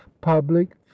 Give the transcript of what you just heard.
Public